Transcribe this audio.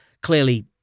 clearly